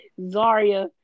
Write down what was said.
Zarya